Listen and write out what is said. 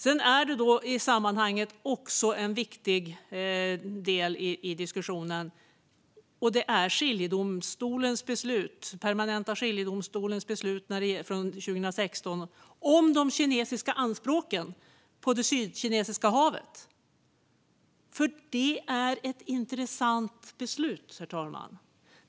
En viktig del i diskussionen är den permanenta skiljedomstolens beslut från 2016 om de kinesiska anspråken på Sydkinesiska havet. Detta är ett intressant beslut, herr talman.